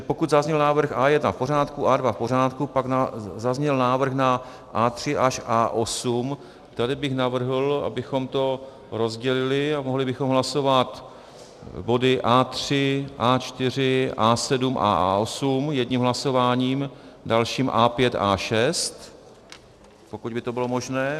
Pokud zazněl návrh A1 v pořádku, A2 v pořádku, pak zazněl návrh na A3 až A8, tady bych navrhl, abychom to rozdělili a mohli bychom hlasovat body A3, A4, A7 a A8 jedním hlasováním, dalším A5, A6, pokud by to bylo možné.